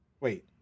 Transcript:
wait